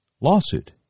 lawsuit